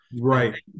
right